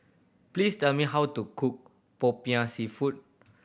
please tell me how to cook Popiah Seafood